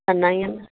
सन्हा ई आहिनि न